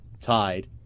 tied